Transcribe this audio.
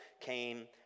came